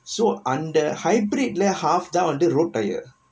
so அந்த:antha hybrid leh half தா வந்து:thaa vanthu road tyre